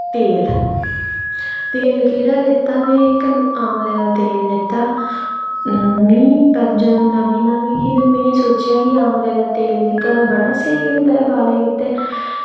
तेल तेल केह्ड़ा लेता में कन आमले दा तेल लैता मी जदूं नमीं नमीं ही ते में सोच्चेआ कि आमले दा तेल जेह्का ते बड़ा स्हेई होंदा ऐ बालें गितै